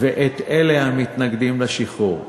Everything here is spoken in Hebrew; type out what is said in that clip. ואת אלה המתנגדים לשחרור.